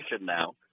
now